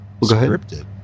Scripted